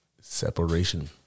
Separation